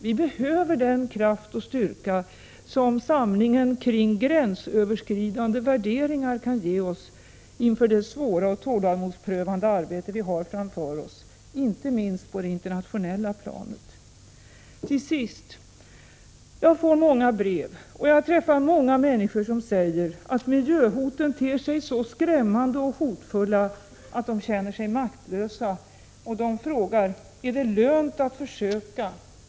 Vi behöver den kraft och styrka som samlingen kring gränsöverskridande värderingar kan ge inför det svåra och tålamodsprövande arbete vi har framför oss — inte minst på det internationella planet. Till sist: Jag får många brev och träffar många människor som säger att miljöhoten ter sig så skrämmande och hotfulla att de känner sig maktlösa. De frågar: Är det lönt att försöka?